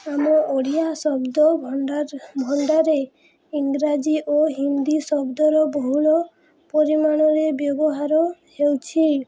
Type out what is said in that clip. ଆମ ଓଡ଼ିଆ ଶବ୍ଦ ଭଣ୍ଡାର ଭଣ୍ଡାରରେ ଇଂରାଜୀ ଓ ହିନ୍ଦୀ ଶବ୍ଦର ବହୁଳ ପରିମାଣରେ ବ୍ୟବହାର ହେଉଛି